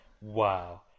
wow